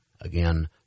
Again